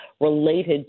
related